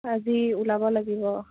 আজি ওলাব লাগিব